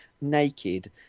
naked